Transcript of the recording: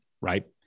right